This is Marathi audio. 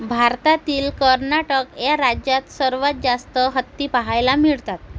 भारतातील कर्नाटक या राज्यात सर्वात जास्त हत्ती पाहायला मिळतात